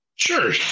Sure